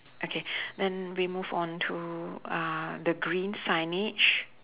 okay then we move on to uh the green signage